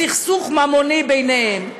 סכסוך ממוני ביניהם,